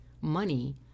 money